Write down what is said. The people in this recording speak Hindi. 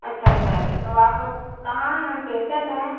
अच्छा अच्छा तो आप कहाँ हैं हम पेसेन्ट हैं